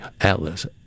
Atlas